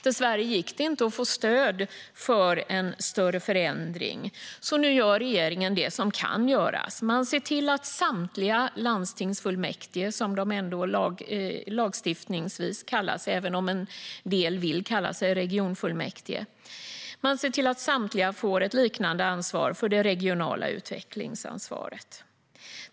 Dessvärre gick det inte att få stöd för en större förändring, så nu gör regeringen det som kan göras och ser till att samtliga landstingsfullmäktige, som de ändå lagstiftningsvis kallas även om en del vill kalla sig regionfullmäktige, får ett liknande regionalt utvecklingsansvar.